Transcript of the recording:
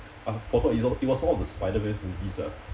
I forgot it was it was one of the the spider-man movies ah